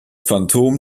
phantom